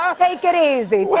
um take it easy.